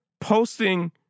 posting